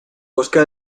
busca